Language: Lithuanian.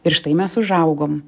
ir štai mes užaugom